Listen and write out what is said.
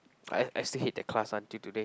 I I still hate that class until today